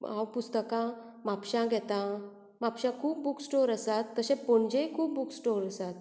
हांव पुस्तकां म्हापश्यां घेतां म्हापश्यां खूब बूक स्टोर आसात तशेच पणजेय खूब बूक स्टोर आसात